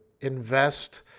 invest